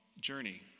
journey